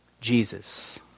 Jesus